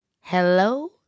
Hello